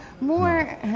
more